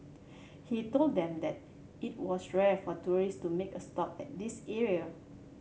he told them that it was rare for tourist to make a stop at this area